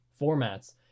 formats